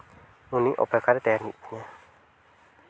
ᱩᱱᱤ ᱛᱟᱹᱜᱤ ᱨᱮ ᱛᱟᱦᱮᱱ ᱦᱩᱭᱩᱜ ᱛᱤᱧᱟᱹ